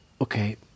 okay